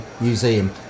Museum